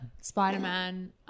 Spider-Man